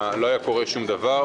לא היה קורה דבר,